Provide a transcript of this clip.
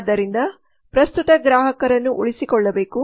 ಆದ್ದರಿಂದ ಪ್ರಸ್ತುತ ಗ್ರಾಹಕರನ್ನು ಉಳಿಸಿಕೊಳ್ಳಬೇಕು